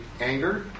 anger